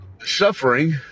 suffering